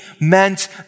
meant